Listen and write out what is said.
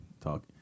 talk